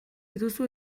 dituzu